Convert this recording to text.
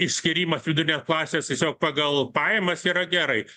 išskyrimas vidurinės klasės tiesiog pagal pajamas yra gerai